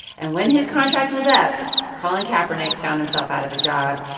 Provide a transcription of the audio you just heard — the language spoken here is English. and when his contract was up, colin kaepernick found himself out of a job,